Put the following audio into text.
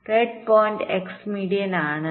red point x median ആണ്